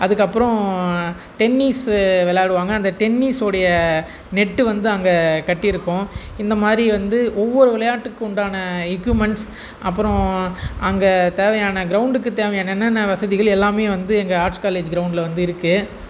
அதுக்கு அப்புறம் டென்னிஸு விளாடுவாங்க அந்த டென்னிஸோடைய நெட்டு வந்து அங்கே கட்டி இருக்கும் இந்த மாதிரி வந்து ஒவ்வொரு விளையாட்டுக்கும் உண்டான எக்குயூப்மெண்ட்ஸ் அப்புறம் அங்கே தேவையான கிரவுண்டுக்கு தேவையான என்னென்ன வசதிகள் எல்லாம் வந்து அங்கே ஆர்ட்ஸ் காலேஜ் கிரவுண்டில் வந்து இருக்குது